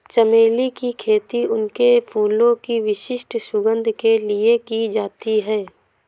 चमेली की खेती उनके फूलों की विशिष्ट सुगंध के लिए की जाती है